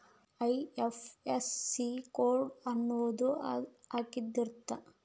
IFSC code ಅನ್ನೊಂದ್ ಅಂಕಿದ್ ಇರುತ್ತ